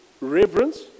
reverence